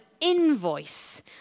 invoice